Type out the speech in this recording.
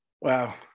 Wow